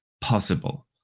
possible